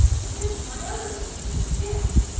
and this is my other old friend dick.